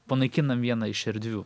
panaikinam vieną iš erdvių